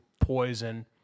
Poison